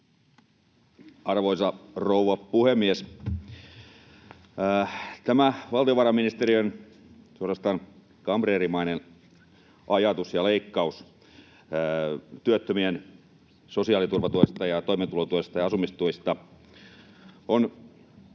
Arvoisa rouva puhemies! Tämä valtiovarainministeriön suorastaan kamreerimainen ajatus ja leikkaus työttömien sosiaaliturvatuesta ja toimeentulotuesta ja asumistuista on